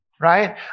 Right